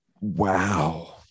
wow